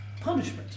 punishment